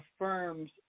affirms